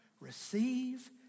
Receive